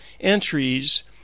entries